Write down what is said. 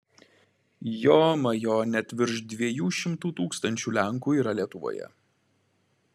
jomajo net virš dviejų šimtų tūkstančių lenkų yra lietuvoje